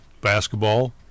basketball